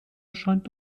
erscheint